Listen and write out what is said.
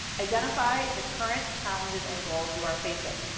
identify the current challenges and goals you are facing.